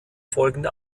folgende